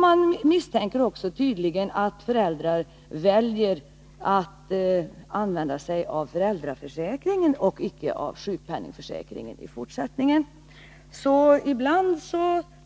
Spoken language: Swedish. De misstänker tydligen också att föräldrar i fortsättningen kommer att välja att använda sig av föräldraförsäkringen och inte av sjukpenningförsäkringen. Så ibland